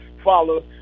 follow